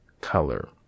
color